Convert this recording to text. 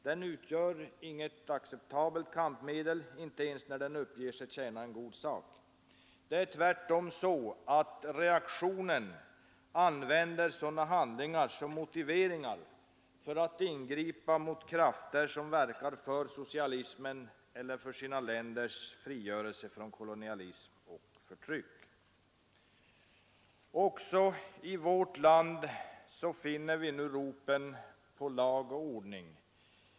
Den utgör inget acceptabelt kampmedel, inte ens när den uppger sig tjäna en god sak. Det är tvärtom så att reaktionen använder sådana handlingar som motivering för att ingripa mot krafter som verkar för socialismen eller för sina länders frigörelse från kolonialism och förtryck. Också i vårt land hör vi nu ropen på lag och ordning.